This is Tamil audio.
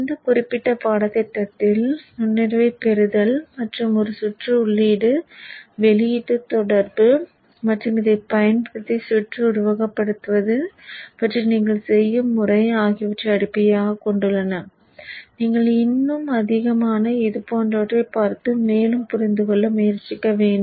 இந்த குறிப்பிட்ட பாடத்திட்டத்தில் நுண்ணறிவைப் பெறுதல் மற்றும் ஒரு சுற்று உள்ளீடு வெளியீட்டு தொடர்பு மற்றும் இதைப் பயன்படுத்தி சுற்று உருவகப்படுத்துவது பற்றி நீங்கள் செய்யும் முறை ஆகியவை அடிப்படையைக் கொண்டுள்ளன நீங்கள் இன்னும் அதிகமான இது போன்றவற்றை பார்த்து மேலும் புரிந்து கொள்ள முயற்சிக்க வேண்டும்